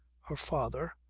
her father,